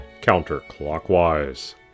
counterclockwise